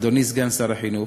אדוני סגן שר החינוך,